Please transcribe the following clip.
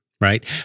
right